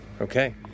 Okay